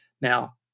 Now